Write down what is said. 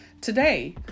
Today